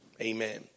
Amen